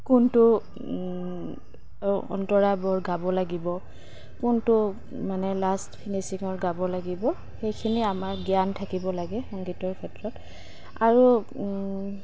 কোনটো অন্তৰাবোৰ গাব লাগিব কোনটো মানে লাষ্ট ফিনিছিঙৰ গাব লাগিব সেইখিনি আমাৰ জ্ঞান থাকিব লাগে সংগীতৰ ক্ষেত্ৰত আৰু